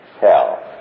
hell